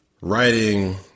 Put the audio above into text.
writing